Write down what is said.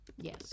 yes